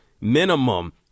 minimum